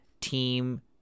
Team